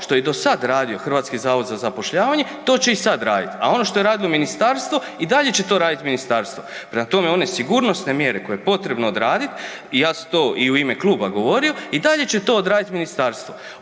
što je i do sad radio HZZZ, to će i sad raditi, a ono što je radilo ministarstvo, i dalje će to raditi ministarstvo. Prema tome, one sigurnosne mjere koje je potrebno odraditi i ja sam to i u ime kluba govorio, i dalje će to odraditi ministarstvo.